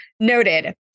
Noted